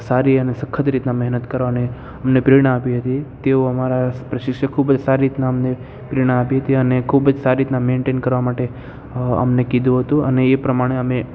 સારી અને સખત રીતના મહેનત કરવાને અમને પ્રેરણા આપી હતી તેઓ અમારા પ્રશિક્ષક ખૂબ જ સારી રીતના અમને પ્રેરણા આપી હતી અને ખૂબ જ સારી રીતના મેન્ટેન કરવા માટે અમને કીધું હતું અને એ પ્રમાણે અમે